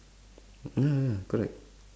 ya ya correct